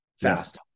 fast